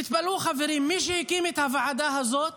תתפלאו, חברים, מי שהקים את הוועדה הזאת